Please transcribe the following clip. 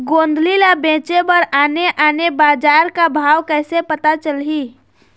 गोंदली ला बेचे बर आने आने बजार का भाव कइसे पता चलही?